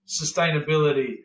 sustainability